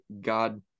God